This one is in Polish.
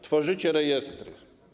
Tworzycie rejestry.